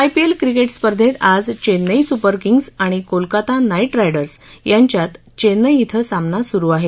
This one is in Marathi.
आयपीएल क्रिकेट स्पर्धेत आज चेन्नई सुपर किंग्ज आणि कोलकाता नाईट रायडर्स यांच्यात चेन्नई ्वे सामना सुरु आहे